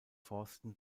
forsten